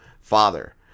father